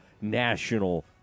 National